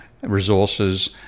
resources